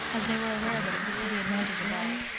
as they were aware that it was for the advantage of all.